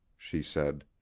she said.